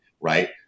right